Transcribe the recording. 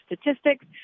Statistics